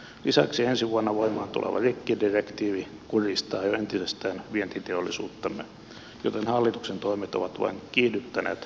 lisäksi ensi vuonna voimaan tuleva rikkidirektiivi kurjistaa jo entisestään vientiteollisuuttamme joten hallituksen toimet ovat vain kiihdyttäneet teollisuuden alamäkeä